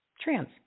trans